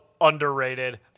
underrated